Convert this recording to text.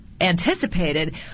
anticipated